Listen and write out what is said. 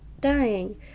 dying